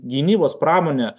gynybos pramone